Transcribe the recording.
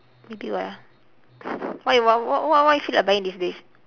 maybe what ah what you what what what you feel like buying these days